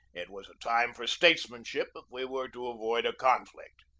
it was a time for statesmanship if we were to avoid a conflict.